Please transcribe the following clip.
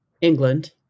England